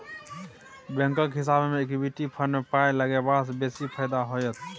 बैंकक हिसाबैं equity fund मे पाय लगेबासँ बेसी फायदा होइत